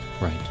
right